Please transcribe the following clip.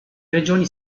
regioni